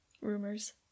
Rumors